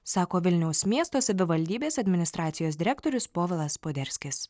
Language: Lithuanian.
sako vilniaus miesto savivaldybės administracijos direktorius povilas poderskis